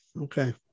Okay